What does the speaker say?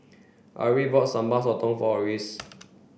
Ari bought Sambal Sotong for Orris